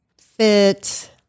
fit